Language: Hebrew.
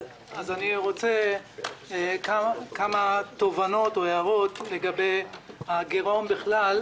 אני רוצה לומר כמה תובנות או הערות לגבי הגירעון בכלל,